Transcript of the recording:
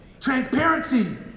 Transparency